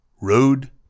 Road